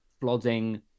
flooding